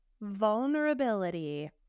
vulnerability